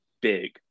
big